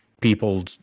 people